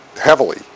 heavily